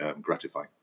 gratifying